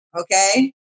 okay